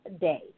day